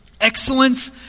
Excellence